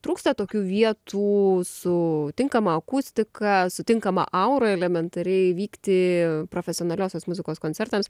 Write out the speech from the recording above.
trūksta tokių vietų su tinkama akustika su tinkama aura elementariai vykti profesionaliosios muzikos koncertams